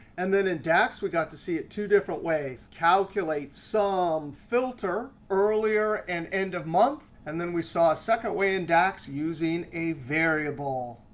and then in dax, we got to see it two different ways calculate, sum, filter, earlier, and end of month. and then we saw a second way in dax using a variable.